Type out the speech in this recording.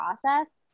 process